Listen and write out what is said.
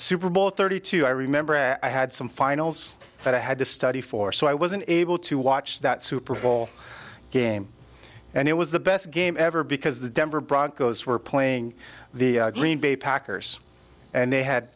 super bowl thirty two i remember i had some finals that i had to study for so i wasn't able to watch that super bowl game and it was the best game ever because the denver broncos were playing the green bay packers and they had